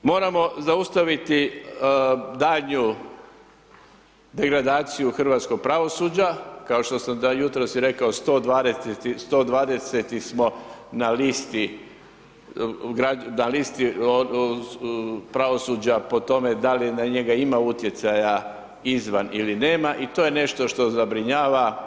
Moramo zaustaviti daljnju degradaciju hrvatskog pravosuđa, kao što sam jutros i rekao 120 smo na listi, na listi pravosuđa po tome da li na njega ima utjecaja izvan ili nema i to je nešto što zabrinjava.